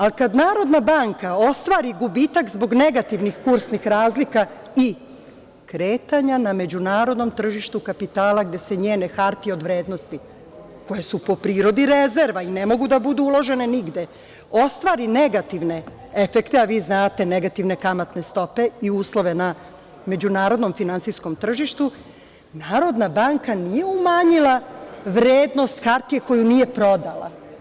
Ali, kada Narodna banka ostvari gubitak zbog negativnih kursnih razlika i kretanja na međunarodnom tržištu kapitala gde se njene hartije od vrednosti, koje su po prirodi rezerva i ne mogu da budu uložene nigde, ostvari negativne efekte, a vi znate da negativne kamatne stope i uslove na međunarodnom finansijskom tržištu i Narodna banka nije umanjila vrednost hartije koju nije prodala.